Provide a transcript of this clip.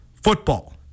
Football